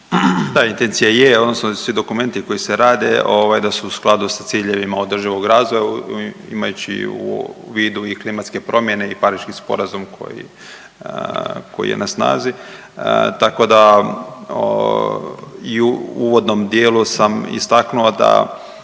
Da, intencija je odnosno svi dokumenti koji se rade ovaj da su u skladu sa ciljevima održivog razvoja imajući u vidu i klimatske promjene i Pariški sporazum koji, koji je na snazi, tako da i u uvodnom dijelu sam istaknuo da